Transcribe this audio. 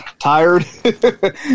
tired